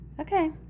Okay